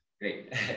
Great